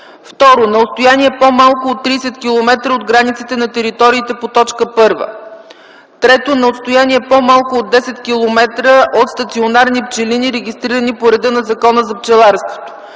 2. на отстояние по-малко от 30 км от границите на териториите по т. 1; 3. на отстояние по-малко от 10 км от стационарни пчелини, регистрирани по реда на Закона за пчеларството;